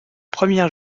première